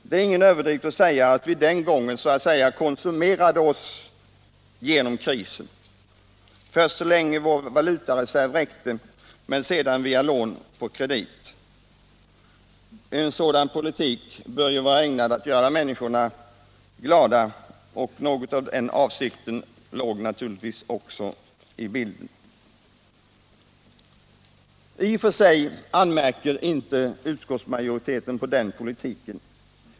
Det är ingen överdrift att säga att vi den gången så att säga konsumerade oss genom krisen — först så länge vår valutareserv räckte men sedan, via lån, på kredit. En sådan politik bör vara ägnad att göra människorna glada och den avsikten fanns väl också med i bilden. I och för sig anmärker inte utskottsmajoriteten på den politiken.